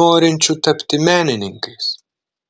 norinčių tapti menininkais